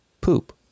poop